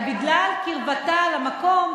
אבל בגלל קרבתה למקום,